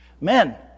men